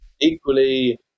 Equally